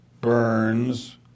Burns